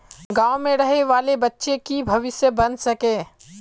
गाँव में रहे वाले बच्चा की भविष्य बन सके?